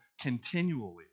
continually